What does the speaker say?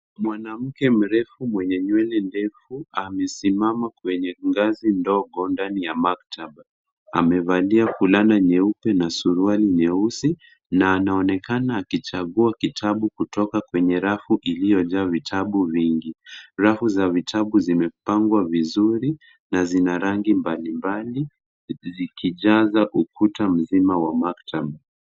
Mwanamke mrefu, mwenye nywele ndefu amesimama kwenye ngazi ndogo ndani ya maktaba. Amevalia fulana nyeupe na suruali nyeusi, na anaonekana akichagua kitabu kutoka kwenye rafu iliyojaa vitabu vingi. Rafu za vitabu zimepangwa vizuri na zina rangi mbalimbali, zikijaza ukuta mzima wa maktaba.